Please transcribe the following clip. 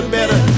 better